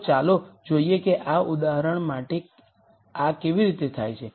તો ચાલો જોઈએ કે આ ઉદાહરણ માટે આ કેવી રીતે થાય છે